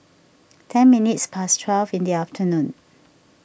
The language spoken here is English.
ten minutes past twelve in the afternoon